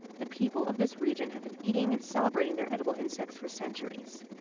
the people of this region have been eating and celebrating their edible insects for centuries.